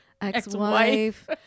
ex-wife